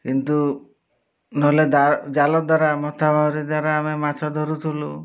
କିନ୍ତୁ ନହେଲେ ଜାଲ ଦ୍ୱାରା ମଥା ଦ୍ୱାରା ଆମେ ମାଛ ଧରୁଥିଲୁ